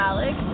Alex